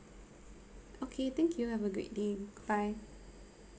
okay thank you have a great day goodbye